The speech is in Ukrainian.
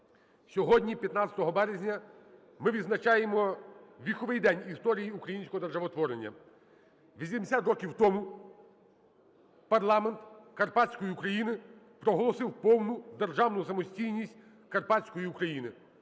Сьогодні, 15 березня, ми відзначаємо віховий день історії українського державотворення. 80 років тому парламент Карпатської України проголосив повну державну самостійність Карпатської України.